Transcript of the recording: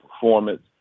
performance